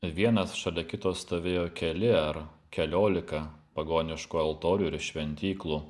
vienas šalia kito stovėjo keli ar keliolika pagoniškų altorių ir šventyklų